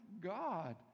God